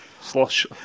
Slosh